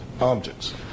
objects